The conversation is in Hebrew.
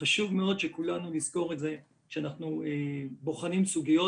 חשוב מאוד שכולנו נזכור את זה כשאנחנו בוחנים סוגיות